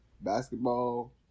basketball